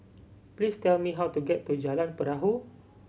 please tell me how to get to Jalan Perahu